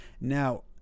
Now